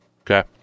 Okay